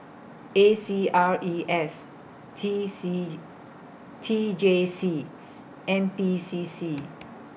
A C R E S T C J T J C N P C C